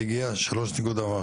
זה הגיע שלוש נקודה,